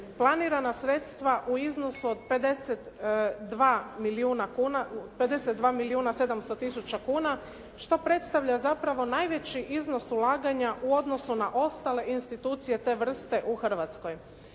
planirana sredstva u iznosu od 52 milijuna kuna, 52 milijuna 700000 kuna što predstavlja zapravo najveći iznos ulaganja u odnosu na ostale institucije te vrste u Hrvatskoj.